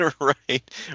Right